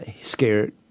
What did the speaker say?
Scared